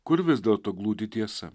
kur vis dėlto glūdi tiesa